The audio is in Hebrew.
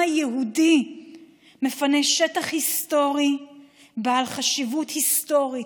היהודי מפנה שטח היסטורי בעל חשיבות היסטורית,